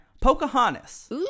Pocahontas